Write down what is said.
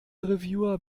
reviewer